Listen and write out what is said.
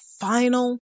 final